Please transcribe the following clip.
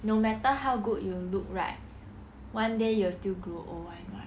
no matter how good you look right one day you will still grow old [one]